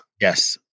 Yes